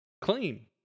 Clean